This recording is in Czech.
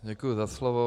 Děkuji za slovo.